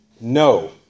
No